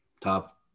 Top